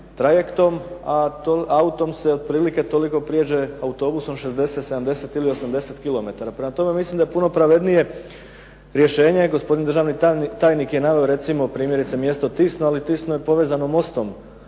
trajektom, a autom se otprilike toliko prijeđe autobusom 60, 70 ili 80 kilometara. Prema tome, mislim da je puno pravednije rješenje, gospodin državni tajnik je naveo recimo primjerice mjesto Tisno, ali Tisno je povezano mostom